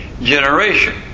generation